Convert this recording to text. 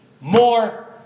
more